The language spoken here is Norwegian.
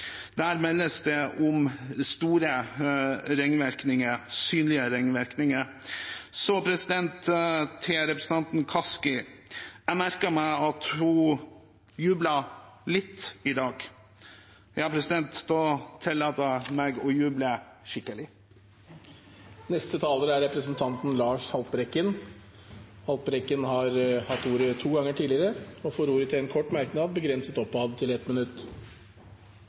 Der meldes det om store ringvirkninger – synlige ringvirkninger. Så til representanten Kaski: Jeg merket meg at hun jublet litt i dag. Da tillater jeg meg å juble skikkelig. Representanten Lars Haltbrekken har hatt ordet to ganger tidligere og får ordet til en kort merknad, begrenset til 1 minutt.